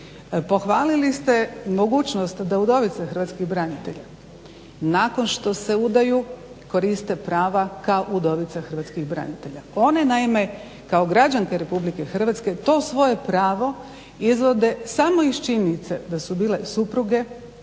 Pohvalili ste mogućnost da udovice hrvatskih branitelja nakon što se udaju koriste prava kao udovice hrvatskih branitelja. One naime kao građanke RH to svoje pravo izvode samo iz činjenice da su bile supruge hrvatskih